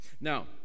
Now